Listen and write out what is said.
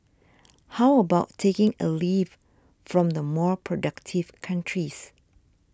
how about taking a leaf from the more productive countries